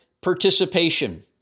participation